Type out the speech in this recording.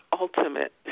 ultimate